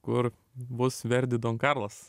kur bus verdi don karlas